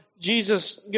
Jesus